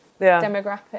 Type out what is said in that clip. demographic